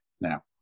Now